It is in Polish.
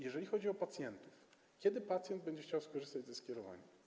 Jeżeli chodzi o pacjentów, to kiedy pacjent będzie chciał skorzystać ze skierowania?